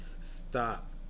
Stop